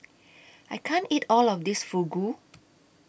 I can't eat All of This Fugu